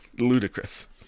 ludicrous